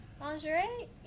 Lingerie